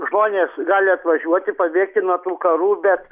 žmonės gali atvažiuoti pabėgti nuo tų karų bet